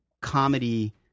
comedy